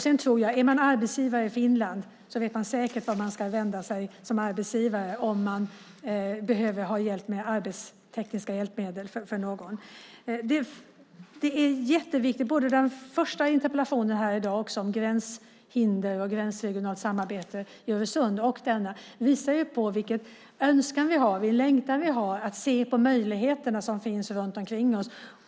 Är man arbetsgivare i Finland vet man säkert vart man ska använda sig om man behöver ha hjälp med arbetstekniska hjälpmedel för någon. Den första interpellationen här i dag om gränshinder och gränsregionalt samarbete i Öresundsområdet och denna interpellation visar vilken önskan och längtan vi har att se de möjligheter som finns runt omkring oss.